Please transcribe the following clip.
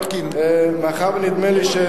מאחר שנדמה לי,